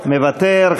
מוותר,